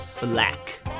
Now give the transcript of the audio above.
Black